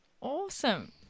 Awesome